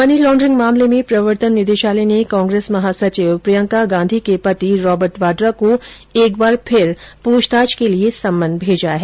money laundering मामले में प्रवर्तन निदेशालय ने कांग्रेस महासचिव प्रियंका गांधी के पति रॉबर्ट वाड्रा को एक बार फिर पूछताछ के लिये फिर सम्मन भेजा है